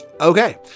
Okay